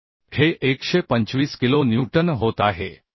तर हे 125 kilo newton होत आहे